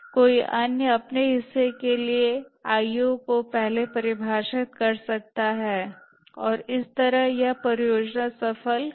कोई अन्य अपने हिस्से के लिए पहले IO इत्यादि को परिभाषित कर सकता है और इस तरह यह परियोजना सफल नहीं होगी